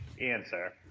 answer